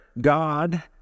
God